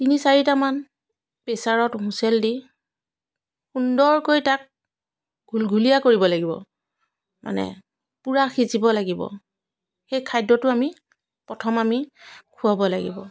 তিনি চাৰিটামান প্ৰেচাৰত হুইচেল দি সুন্দৰকৈ তাক ঘূলঘূলীয়া কৰিব লাগিব মানে পূৰা সিজিব লাগিব সেই খাদ্যটো আমি প্ৰথম আমি খোৱাব লাগিব